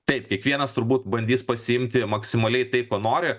taip kiekvienas turbūt bandys pasiimti maksimaliai tai ko nori